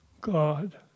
God